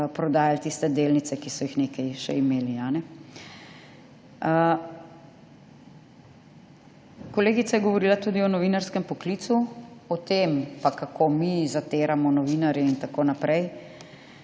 prodajali tiste delnice, ki so jih nekaj še imeli. Kolegica je govorila tudi o novinarskem poklicu, o tem, kako mi zatiram novinarje in tako naprej.